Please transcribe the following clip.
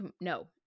no